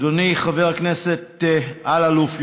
אדוני חבר הכנסת אלאלוף,